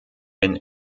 den